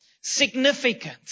significant